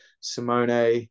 Simone